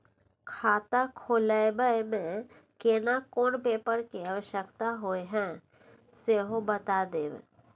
खाता खोलैबय में केना कोन पेपर के आवश्यकता होए हैं सेहो बता देब?